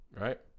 Right